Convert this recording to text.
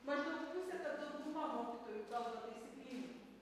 maždaug pusė kad dauguma mokytojų kalba taisyklingai